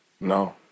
No